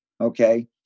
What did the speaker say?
okay